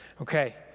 Okay